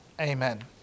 Amen